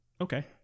Okay